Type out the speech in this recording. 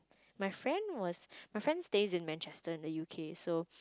my friend was my friend stays in Manchester in the U_K so